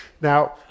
Now